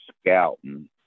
scouting